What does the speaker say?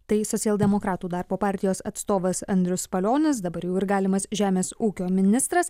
tai socialdemokratų darbo partijos atstovas andrius palionis dabar jau ir galimas žemės ūkio ministras